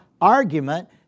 argument